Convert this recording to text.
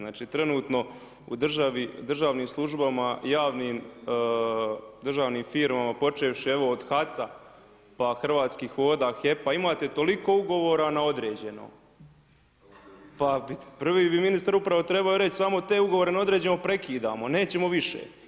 Znači trenutno u državnim službama, javnim državnim firmama počevši evo od HAC-a pa Hrvatskih voda, HEP-a, imate toliko ugovora na određeno pa prvi bi ministar uprave trebao reći samo te ugovore na određeno prekidamo, nećemo više.